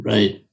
Right